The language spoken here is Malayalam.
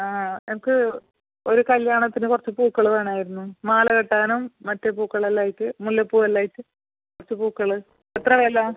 എനിക്ക് ഒരു കല്ല്യാണത്തിന് കുറച്ച് പൂക്കൾ വേണമായിരുന്നു മാല കെട്ടാനും മറ്റ് പൂക്കൾ എല്ലാം ആയിട്ട് മുല്ലപ്പൂ എല്ലാം ആയിട്ട് കുറച്ച് പൂക്കൾ എത്ര വില